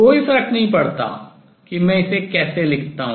कोई फर्क नहीं पड़ता कि मैं इसे कैसे लिखता हूँ